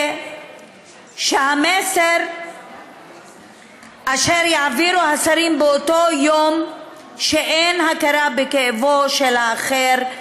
זה שהמסר אשר יעבירו השרים באותו יום הוא שאין הכרה בכאבו של האחר,